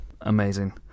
Amazing